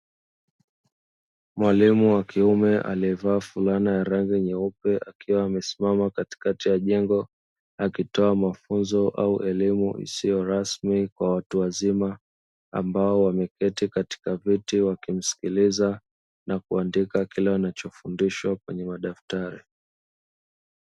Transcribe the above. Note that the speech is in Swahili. Mwalimu wa kiume aliyevaa fulana ya rangi nyeupe akiwa amesimama katikati ya jengo, akitoa mafunzo au elimu isiyo rasmi kwa watu wazima, ambao wameketi katika viti wakimsikiliza na kuandika kile wanachofundishwa kwenye madaftari.